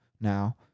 now